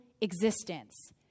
existence